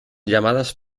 llamadas